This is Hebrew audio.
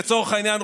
לצורך העניין,